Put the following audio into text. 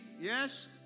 yes